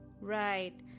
right